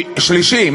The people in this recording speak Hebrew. שלישי.